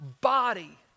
body